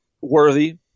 worthy